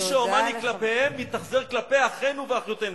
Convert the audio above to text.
מי שהומני כלפיהם, מתאכזר כלפי אחינו ואחיותינו.